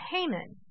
Haman